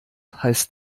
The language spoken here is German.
heißt